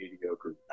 mediocre